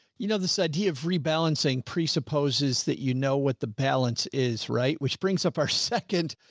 you know, this idea of rebalancing, presupposes that you know, what the balance is, right. which brings up our second,